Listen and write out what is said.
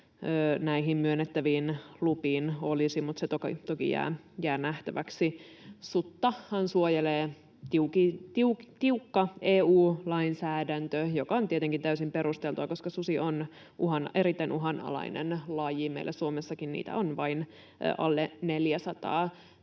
näihin myönnettäviin lupiin olisi, mutta se toki jää nähtäväksi. Suttahan suojelee tiukka EU-lainsäädäntö, mikä on tietenkin täysin perusteltua, koska susi on erittäin uhanalainen laji. Meillä Suomessakin niitä on vain alle 400.